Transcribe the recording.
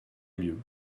mieux